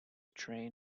train